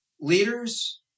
leaders